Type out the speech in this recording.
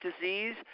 disease